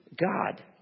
God